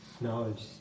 knowledge